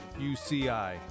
UCI